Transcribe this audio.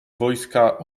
wojska